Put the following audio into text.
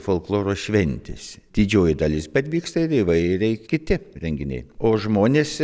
folkloro šventės didžioji dalis bet vyksta ir įvairiai kiti renginiai o žmonės